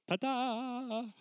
Ta-da